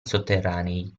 sotterranei